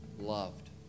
loved